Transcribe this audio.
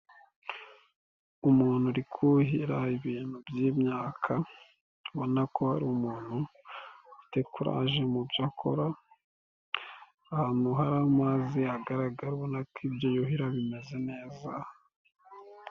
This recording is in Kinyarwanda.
Umuntu uri kuhira ibintu by'imyaka, ubona ko ari umuntu ufite kuraje mu byo akora, ahantu h'amazi hagaragara, ubona ko ibyo yuhira bimeze neza.